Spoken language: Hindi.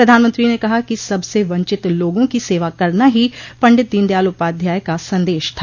प्रधानमंत्री ने कहा कि सबसे वंचित लोगों की सेवा करना ही पंडित दीनदयाल उपाध्याय का संदेश था